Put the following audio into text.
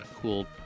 cool